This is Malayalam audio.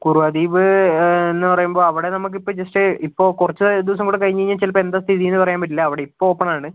കുറുവ ദ്വീപ് എന്നു പറയുമ്പോൾ അവിടെ നമുക്ക് ഇപ്പോൾ ജസ്റ്റ് ഇപ്പോൾ കുറച്ച് ദിവസം കൂടി കഴിഞ്ഞ് കഴിഞ്ഞാൽ ചിലപ്പോൾ എന്താ സ്ഥിതിയെന്ന് പറയാൻ പറ്റില്ല അവിടെ ഇപ്പോൾ ഓപ്പൺ ആണ്